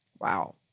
Wow